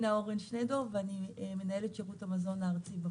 אני מנהלת שירות המזון הארצי בפועל.